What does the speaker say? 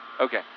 Okay